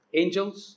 angels